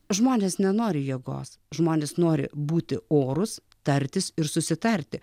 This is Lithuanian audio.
žmonės nenori jėgos žmonės nori būti orūs tartis ir susitarti